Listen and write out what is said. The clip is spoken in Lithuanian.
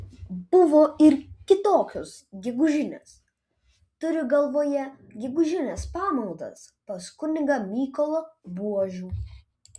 buvo ir kitokios gegužinės turiu galvoje gegužines pamaldas pas kunigą mykolą buožių